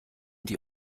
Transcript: die